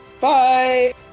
Bye